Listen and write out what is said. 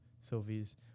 Sylvie's